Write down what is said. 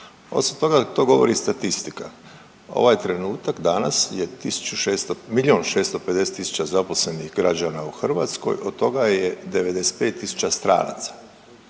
Osim toga to govori i statistika, ovaj trenutak danas je 1.600, milion 650 tisuća zaposlenih građana u Hrvatskoj od toga je 95.000 stranaca.